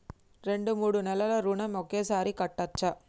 రెండు మూడు నెలల ఋణం ఒకేసారి కట్టచ్చా?